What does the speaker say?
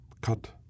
cut